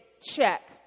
check